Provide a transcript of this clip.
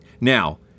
Now